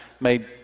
made